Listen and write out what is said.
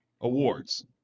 awards